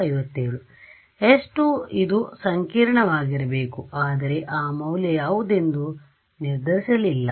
S2 ಇದು ಸಂಕೀರ್ಣವಾಗಿರಬೇಕು ಆದರೆ ಆ ಮೌಲ್ಯ ಯಾವುದೆಂದು ನಾವು ನಿರ್ಧರಿಸಲಿಲ್ಲ